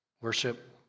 worship